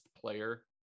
player